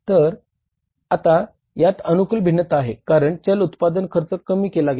तर आता यात अनुकूल भिन्नता आहे कारण चल उत्पादन खर्च कमी केला गेला आहे